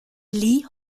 lee